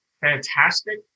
fantastic